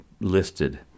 listed